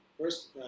First